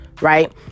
right